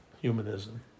humanism